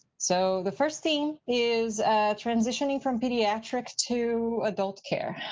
so the first theme is transitioning from pediatrics to adult care.